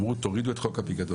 הם אמרו תורידו את חוק הפיקדון,